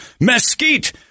mesquite